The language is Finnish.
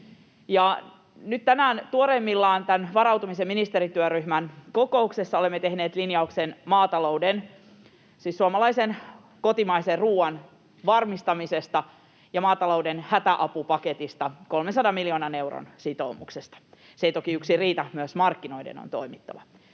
nyt tänään tuoreimmillaan tämän varautumisen ministerityöryhmän kokouksessa olemme tehneet linjauksen maatalouden, siis suomalaisen kotimaisen ruoan, varmistamisesta ja maatalouden hätäapupaketista, 300 miljoonan euron sitoumuksesta. Se ei toki yksin riitä, vaan myös markkinoiden on toimittava.